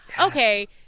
Okay